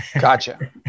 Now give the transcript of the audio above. Gotcha